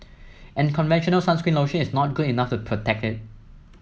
and conventional sunscreen lotion is not good enough to protect it